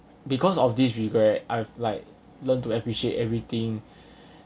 because of this regret I've like learn to appreciate everything